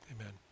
Amen